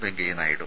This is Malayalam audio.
വെങ്കയ്യ നായിഡു